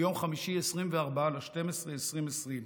ביום חמישי 24 בדצמבר 2020,